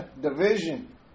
Division